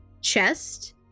chest